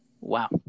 Wow